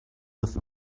with